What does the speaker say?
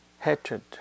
Hatred